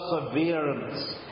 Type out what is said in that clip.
Perseverance